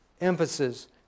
emphasis